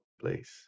place